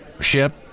ship